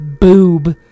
Boob